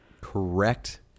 Correct